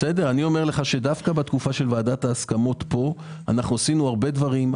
אני אומר לך שדווקא בתקופה של ועדת ההסכמות פה עשינו הרבה דברים,